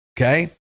Okay